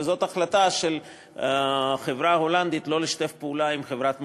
זאת החלטה של החברה ההולנדית שלא לשתף פעולה עם חברת "מקורות".